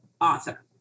author